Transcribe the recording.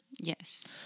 Yes